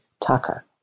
Tucker